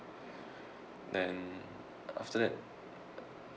then after that